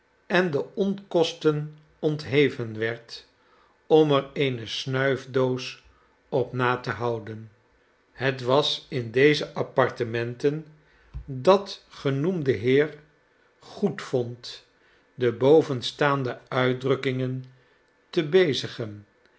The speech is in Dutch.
en de onkosten ontheven werd om er eene snuifdoos op na te houden het was in deze apartementen dat genoemde heer goedvond de bovenstaande uitdrukkingen te